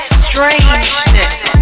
strangeness